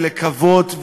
ולקוות,